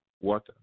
water